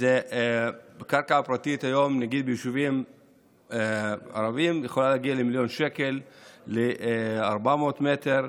הקרקע הפרטית היום ביישובים ערביים יכולה להגיע למיליון שקל ל-400 מטר.